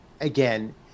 again